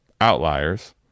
outliers